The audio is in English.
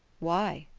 why?